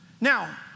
Now